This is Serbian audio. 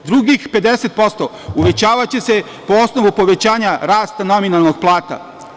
Drugih 50% uvećavaće se po osnovu povećanja rasta nominalnih plata.